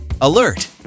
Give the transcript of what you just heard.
Alert